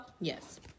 Yes